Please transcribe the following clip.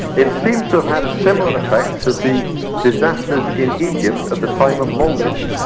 it seems to have had a similar effect to the disasters in egypt at the time of moses.